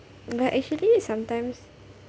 but actually sometimes